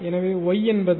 எனவே ஒய் என்பது